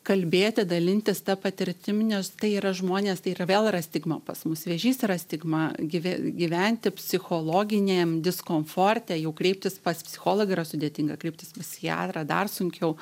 kalbėti dalintis ta patirtim nes tai yra žmonės tai yra vėl yra stigma pas mus vėžys yra stigma gyvi gyventi psichologiniam diskomforte jau kreiptis pas psichologą yra sudėtinga kreiptis pas psichiatrą dar sunkiau